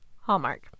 Hallmark